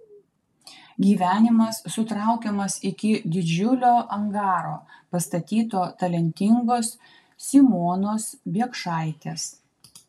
gyvenimas sutraukiamas iki didžiulio angaro pastatyto talentingos simonos biekšaitės